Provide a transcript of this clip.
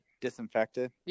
disinfected